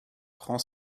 prend